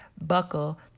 buckle